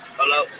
Hello